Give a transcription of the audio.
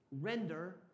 render